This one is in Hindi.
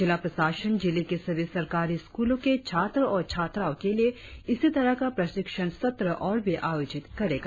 जिला प्रशासन जिले के सभी सरकारी स्कूलो के छात्र और छात्राओ के लिए इसी तरह का प्रशिक्षण सत्र ओर भी आयोजित करेगा